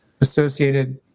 associated